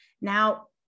Now